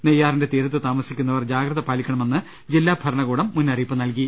നെയ്യാറിന്റെ തീരത്ത് താമസിക്കുന്നവർ ജാഗ്രത പാലിക്കണമെന്ന് ജില്ലാ ഭരണകൂടം മുന്നറിയിപ്പ് നൽകി